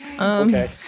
Okay